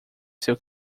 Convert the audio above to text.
seu